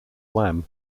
wham